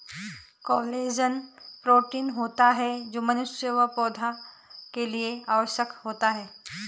collagen protein होता है जो मनुष्य व पौधा के लिए आवश्यक होता है